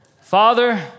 Father